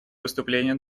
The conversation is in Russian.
выступление